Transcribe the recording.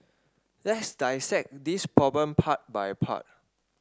let's dissect this problem part by part